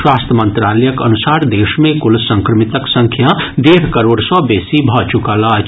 स्वास्थ्य मंत्रालयक अनुसार देश मे कुल संक्रमितक संख्या डेढ़ करोड़ सँ बेसी भऽ चुकल अछि